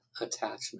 attachment